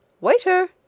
waiter